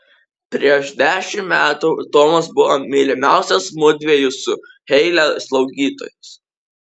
prieš dešimt metų tomas buvo mylimiausias mudviejų su heile slaugytojas